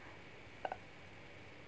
uh